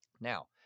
Now